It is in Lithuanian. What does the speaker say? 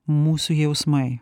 mūsų jausmai